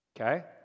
okay